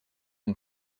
une